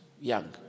young